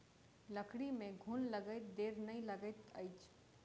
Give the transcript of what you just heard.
लकड़ी में घुन लगैत देर नै लगैत अछि